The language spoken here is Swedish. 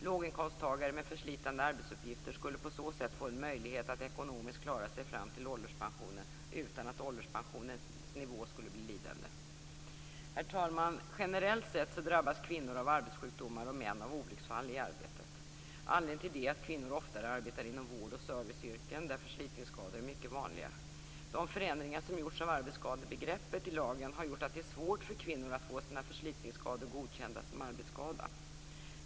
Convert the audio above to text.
Låginkomsttagare med förslitande arbetsuppgifter skulle på så sätt få en möjlighet att ekonomiskt klara sig fram till ålderspensionen utan att ålderspensionens nivå skulle bli lidande. Herr talman! Generellt sett drabbas kvinnor av arbetssjukdomar och män av olycksfall i arbetet. Anledningen till det är att kvinnor oftare arbetar inom vård och serviceyrken där förslitningsskador är mycket vanliga. De förändringar som gjorts av arbetsskadebegreppet i lagen har gjort att det är svårt för kvinnor att få sina förslitningsskador godkända som arbetsskada.